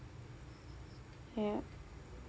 ya